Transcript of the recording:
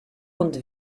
und